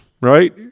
right